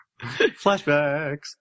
Flashbacks